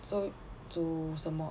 so 煮什么